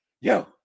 yo